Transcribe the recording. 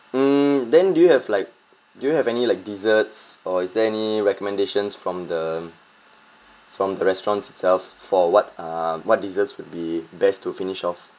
um then do you have like do you have any like desserts or is there any recommendations from the from the restaurant's itself for what uh what desserts would be best to finish off